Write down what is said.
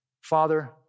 Father